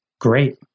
great